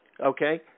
Okay